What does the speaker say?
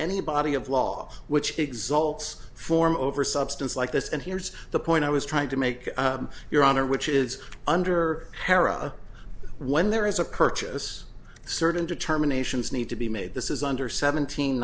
any body of law which exults form over substance like this and here's the point i was trying to make your honor which is under para one there is a purchase certain determinations need to be made this is under seventeen